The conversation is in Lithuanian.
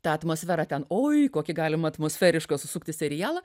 tą atmosferą ten oi kokį galimą atmosferišką susukti serialą